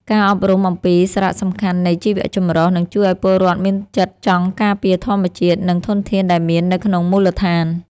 ការអប់រំអំពីសារៈសំខាន់នៃជីវចម្រុះនឹងជួយឱ្យពលរដ្ឋមានចិត្តចង់ការពារធម្មជាតិ និងធនធានដែលមាននៅក្នុងមូលដ្ឋាន។